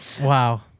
Wow